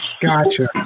Gotcha